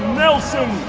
nelson